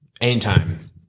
Anytime